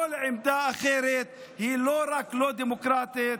כל עמדה אחרת היא לא רק לא דמוקרטית,